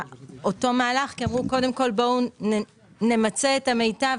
נעצר אותו מהלך כי אמרו שקודם כל בואו נמצה את המיטב